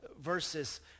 verses